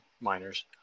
miners